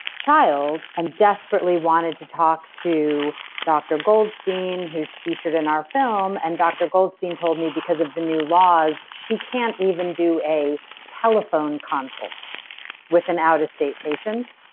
child and desperately wanted to talk to dr. goldstein, who's featured in our film. and dr. goldstein told me because of the new laws, she can't even do a telephone consult with an out-of-state patient.